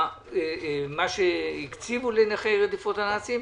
מה שהקציבו לנכי רדיפות הנאצים,